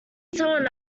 someone